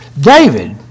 David